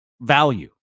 Value